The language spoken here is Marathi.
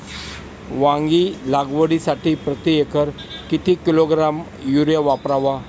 वांगी लागवडीसाठी प्रती एकर किती किलोग्रॅम युरिया वापरावा?